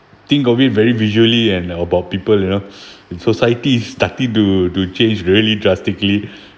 think of it very visually and about people you know society is starting to to change really drastically